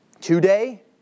Today